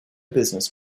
business